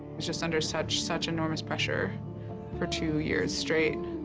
just under such such enourmous pressure for two years straight.